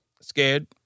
Scared